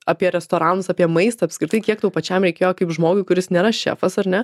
apie restoranus apie maistą apskritai kiek tau pačiam reikėjo kaip žmogui kuris nėra šefas ar ne